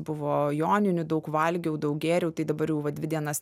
buvo joninių daug valgiau daug gėriau tai dabar jau dvi dienas